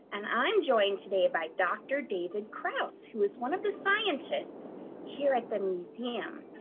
and i'm joined today by dr david krause, who was one of the scientists here at the museum.